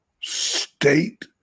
state